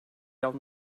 down